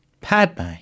Padme